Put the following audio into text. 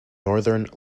northern